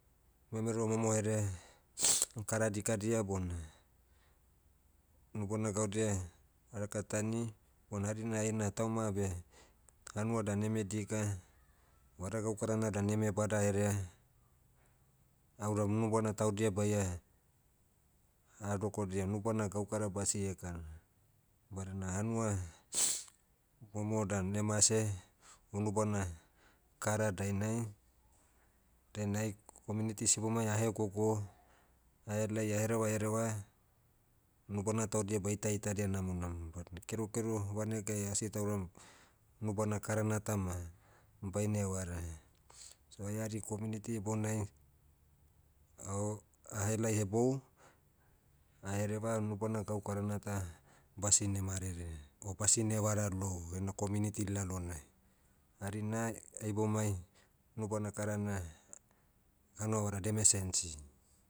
Memero momoherea, kara dikadia bona, unubana gaudia, arakatani, hari na aina tauma beh, hanua dan eme dika, vada gaukarana dan eme badaherea. Auram unubana taudia baia, hadokodia unubana gaukara basie kara. Badana hanua, momo dan demase, unubana, kara dainai. Dainai, community sibomai ahegogo, ahelai ahereva hereva. Unubana taudia baita itadia namonamo badina kekeru vanegai asi tauram, unubana karana tama, baine vara. So ai ari community ibounai, ao- ahelai hebou, ahereva unubana gaukarana ta, basine marere, o basine vara lou, ena community lalonai. Hari na, ai boumai, unubana karana, hanua vada deme sensi.